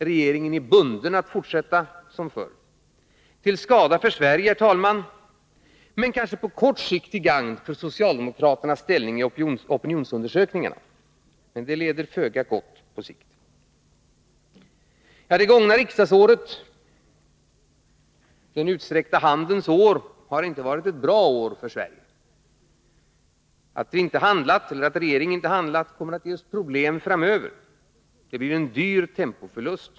Regeringen är bunden att fortsätta som förr, till skada för Sverige, herr talman, men kanske på kort sikt till gagn för socialdemokraternas ställning i opinionsundersökningar — men det leder till föga hopp på sikt. Det gångna riksdagsåret — den utsträckta handens år — har inte varit något bra år för Sverige. Att regeringen inte handlat kommer att ge oss problem framöver. Det blir en dyr tempoförlust.